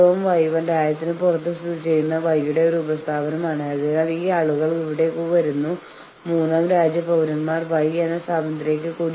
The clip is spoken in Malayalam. പക്ഷേ തീരുമാനങ്ങളുടെ കാര്യം വരുമ്പോൾ ശരി ഞങ്ങൾ ഞങ്ങളുടെ ടീമുമായി ചർച്ച ചെയ്യട്ടെ എന്ന് പറയുന്നത് എല്ലായ്പ്പോഴും സഹായകരമായിരിക്കും